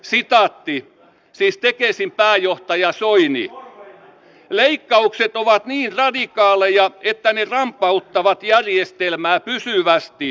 siita bittistä viestin pääjohtaja toimiiko leikkaukset ovat niin radikaaleja että ne rampauttavat järjestelmää pysyvästi